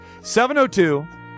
702